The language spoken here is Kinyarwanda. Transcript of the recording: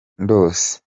ndose